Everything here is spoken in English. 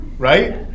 right